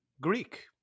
Greek